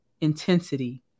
intensity